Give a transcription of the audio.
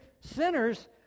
sinners